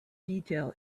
detail